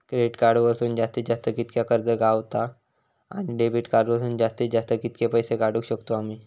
Credit card वरसून जास्तीत जास्त कितक्या कर्ज गावता, आणि डेबिट कार्ड वरसून जास्तीत जास्त कितके पैसे काढुक शकतू आम्ही?